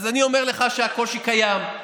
אז אני אומר לך שהקושי קיים.